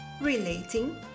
RELATING